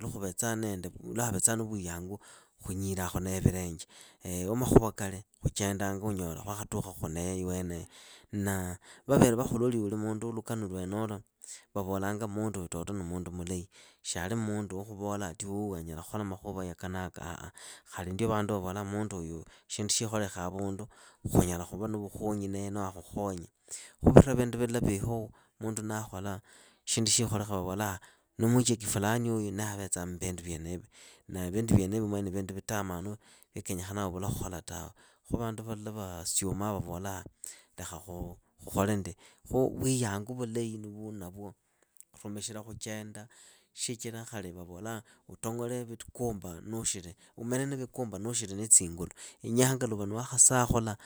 lwa khuvetsa na vuyangu khunyilaakhu naye vilenje. Wa makhuva kali khuchendanga unyola khwa khatukha iweneyo. Na vavere vakhuloli uli mundu lukanu lwenolo, vavolanga minduyu ni mundu mulahi. Shiali mundu wa khuvola anyala khola makhuva yaka naaka ah. Khali ndio vandu vavolaa munduyu shindu shiikholekhe havundu khunyala khuva na vukhonyi naye noho akhukhonye. Khuvira vindu vila viiho. shindu nishikholekha vavola nimucheki fulaniuyu avetsaa mbindu vyenivi. Na vindu vyenivi ni vindu vitamanu vya khuvula khola tawe. Khu vandu vala vaasyuma vavola lekha khukhole ndi. Khu vuyangu vulahi nuunavwo rumikhila khuchenda shi hira khali vavolaa umenene vikumba nuushiri na tsingulu. Inyanga yuuva ni wakhasakhula